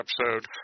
episode